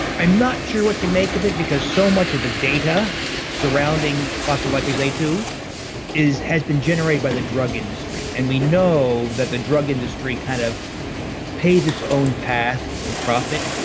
i'm not sure what to make of it because so much of the data surrounding phospholipase a two has been generated by the drug industry, and we know that the drug industry kind of paved its own path for profit,